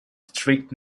strict